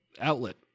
outlet